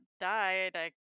died